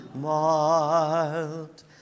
mild